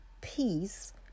peace